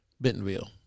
Bentonville